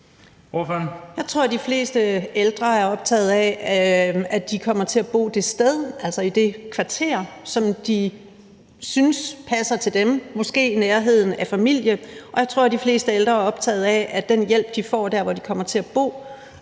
Jeg tror, de fleste ældre er optagede af, at de kommer til at bo i det kvarter, som de synes passer til dem, og måske i nærheden af familie, og jeg tror, de fleste ældre er optagede af, at den hjælp, de får der, hvor de kommer til at bo